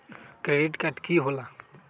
Credit card की होला?